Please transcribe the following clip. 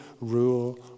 rule